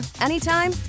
anytime